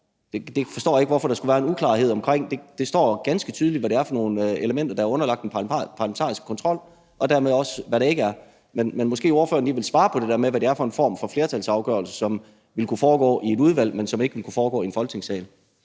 Det forstår jeg ikke hvorfor der skulle være en uklarhed omkring – det står ganske tydeligt, hvad det er for nogle elementer, der er underlagt den parlamentariske kontrol, og dermed også hvad der ikke er. Men måske ordføreren lige ville svare på det der med, hvad det er for en form for flertalsafgørelse, som ville kunne foregå i et udvalg, men som ikke ville kunne foregå i Folketingssalen.